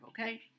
okay